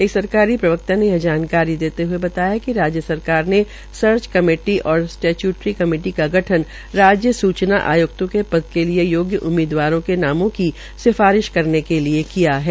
एक सरकारी प्रवक्ता यह जानकारी देते हए बताया कि राज्य सरकार के सर्च कमेटी और सेचयेटरी कमेटी का गठन राज्य सूचना आय्क्तों के पद के लिए योग्य उम्मीदवारों के नामों की सिफारिश करने के लिये किया है